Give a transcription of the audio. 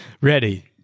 Ready